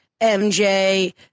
MJ